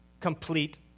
complete